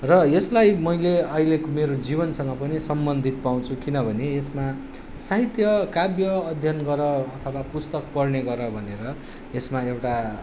र यसलाई मैले अहिलेको मेरो जीवनसँग पनि सम्बन्धित पाउँछु किनभने यसमा साहित्य काव्य अध्ययन गर अथवा पुस्तक पढ्ने गर भनेर यसमा एउटा